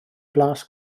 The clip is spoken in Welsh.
blas